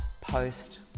post